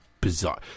bizarre